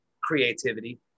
creativity